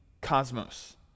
cosmos